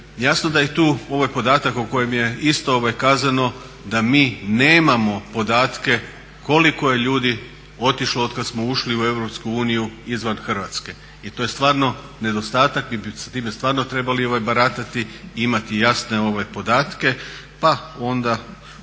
Jasno da je tu ovaj podatak o kojem je isto kazano da mi nemamo podatke koliko je ljudi otišlo otkad smo ušli u Europsku uniju izvan Hrvatske. Jer to je stvarno nedostatak, mi bi s time stvarno trebali baratati i imati jasne podatke pa onda